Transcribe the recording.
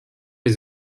les